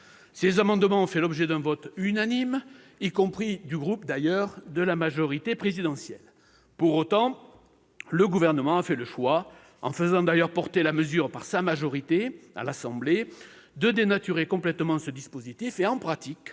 Ces amendements ont fait l'objet d'un vote unanime, incluant les membres du groupe de la majorité présidentielle. Pour autant, le Gouvernement a fait le choix, en faisant proposer cette mesure par sa majorité à l'Assemblée nationale, de dénaturer complètement ce dispositif et, en pratique,